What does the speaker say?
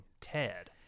Ted